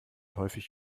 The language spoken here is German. häufig